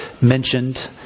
mentioned